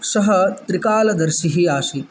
सः त्रिकालदर्शिः आसीत्